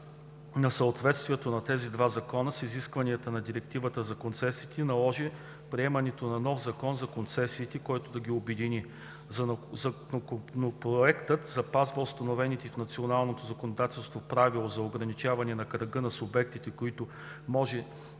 на съответствието на тези два закона с изискванията на Директивата за концесиите наложи приемането на нов Закон за концесиите, който да ги обедини. Законопроектът запазва установеното в националното законодателство правило за ограничаване кръга на субектите, които могат